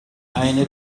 eine